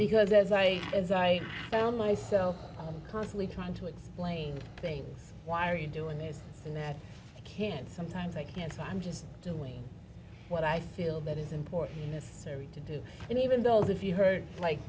because as i as i found myself constantly trying to explain things why are you doing this and that can sometimes i can't so i'm just doing what i feel that is important to do and even those of you heard like